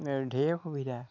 ঢেৰ অসুবিধা